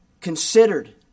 considered